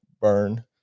burn